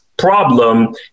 Problem